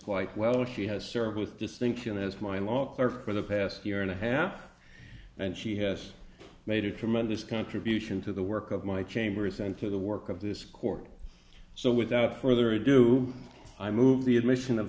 quite well she has served with distinction as my locker for the past year and a half and she has made a tremendous contribution to the work of my chambers and to the work of this court so without further ado i move the admission